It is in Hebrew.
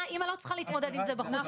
אמא לא צריכה להתמודד עם זה בחוץ,